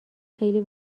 خیلی